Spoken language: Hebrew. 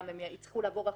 הם יצטרכו לעבור הכשרה,